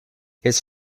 his